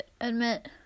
admit